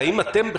והאם אתם,